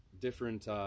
different